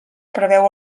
preveu